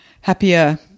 Happier